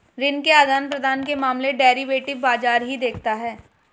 ऋण के आदान प्रदान के मामले डेरिवेटिव बाजार ही देखता है